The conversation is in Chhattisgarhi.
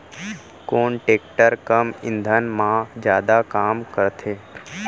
कोन टेकटर कम ईंधन मा जादा काम करथे?